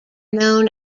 known